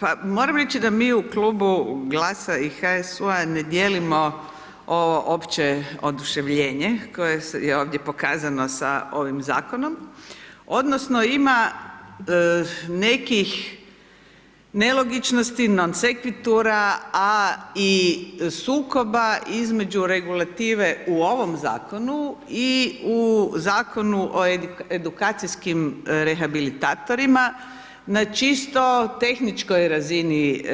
Pa moram reći da mi u klubu GLAS-a i HSU-a ne dijelimo ovo opće oduševljenje koje je ovdje pokazano sa ovim zakonom odnosno ima nekih nelogičnost, non sequitura a i sukoba između regulative u ovom zakonu i u Zakonu o edukacijskim rehabilitatorima na čisto tehničkoj razini